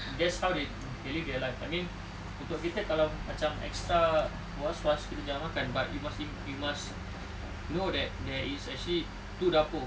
that's how they live their life I mean untuk kita kalau macam extra was-was kita jangan makan but you must we must know that there is actually two dapur